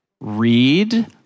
Read